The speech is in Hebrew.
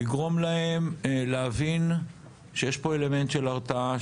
לגרום להם להבין שיש פה אלמנט של הרתעה,